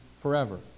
forever